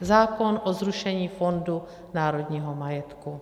Zákon o zrušení Fondu národního majetku.